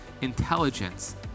intelligence